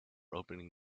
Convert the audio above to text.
opening